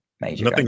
major